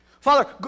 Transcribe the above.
Father